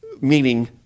meaning